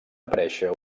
aparèixer